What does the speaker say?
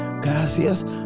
Gracias